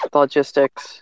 logistics